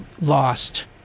lost